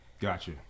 Gotcha